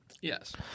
Yes